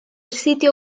sitio